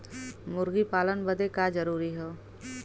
मुर्गी पालन बदे का का जरूरी ह?